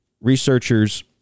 Researchers